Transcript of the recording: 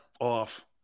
off